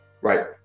right